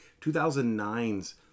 2009's